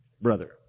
brother